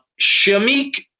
Shamik